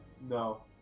No